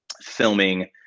filming